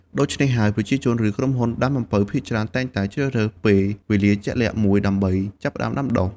ដូច្នេះហើយ ប្រជាជន ឬក្រុមហ៊ុនដាំអំពៅភាគច្រើនតែងតែជ្រើសរើសពេលវេលាជាក់លាក់មួយដើម្បីចាប់ផ្តើមដាំដុះ។